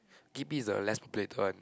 gate B is the less populated one